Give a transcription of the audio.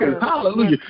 Hallelujah